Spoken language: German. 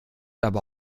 aber